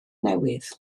newydd